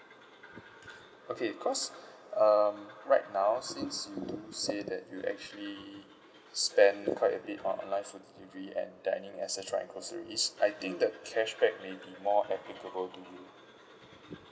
okay because um right now since you say that you actually spend quite a bit on online food delivery and dining et cetera and groceries I think that cashback may be more applicable to you